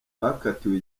bakatiwe